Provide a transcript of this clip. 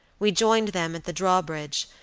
we joined them at the drawbridge,